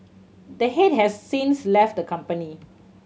the head has since left the company